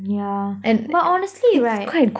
yeah but honestly right